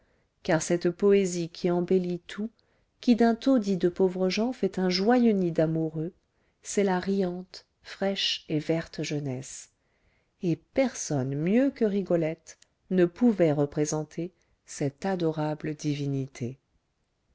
car cette poésie qui embellit tout qui d'un taudis de pauvres gens fait un joyeux nid d'amoureux c'est la riante fraîche et verte jeunesse et personne mieux que rigolette ne pouvait représenter cette adorable divinité